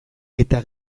eta